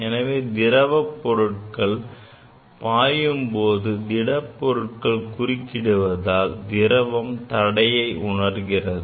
எனவே திரவ பொருட்கள் பாயும் போது திட பொருள்கள் குறிக்கிடுவதால் திரவம் தடையை உணர்கிறது